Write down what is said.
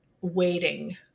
waiting